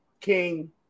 king